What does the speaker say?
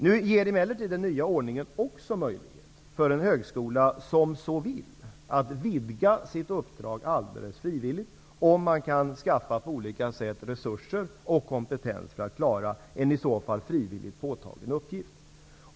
Nu ger emellertid den nya ordningen också möjlighet för en högskola som så vill att frivilligt utvidga sitt uppdrag, om skolan på olika sätt kan skaffa resurser och kompetens för att klara en i så fall frivilligt påtagen uppgift.